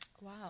wow